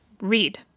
Read